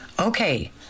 Okay